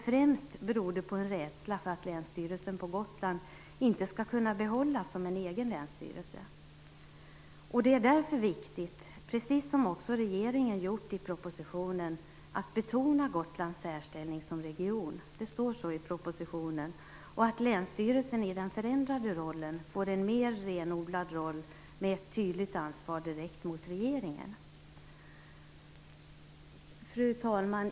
Främst beror det dock på en rädsla för att länsstyrelsen på Gotland inte skall kunna behållas som en egen länsstyrelse. Det är därför viktigt att, precis som regeringen har gjort i propositionen, betona Gotlands särställning som region. Det står så i propositionen. Det är också viktigt att länsstyrelsen i den förändrade rollen får en mer renodlad roll med ett tydligt ansvar direkt mot regeringen. Fru talman!